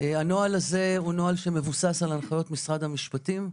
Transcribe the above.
הנוהל הזה הוא נוהל שמבוסס על הנחיות משרד המשפטים.